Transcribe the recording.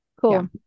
Cool